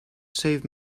save